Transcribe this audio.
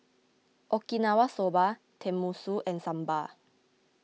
Okinawa Soba Tenmusu and Sambar